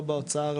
לא באוצר,